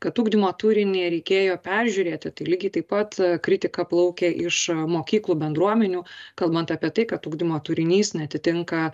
kad ugdymo turinį reikėjo peržiūrėti tai lygiai taip pat kritika plaukia iš mokyklų bendruomenių kalbant apie tai kad ugdymo turinys neatitinka